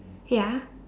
ya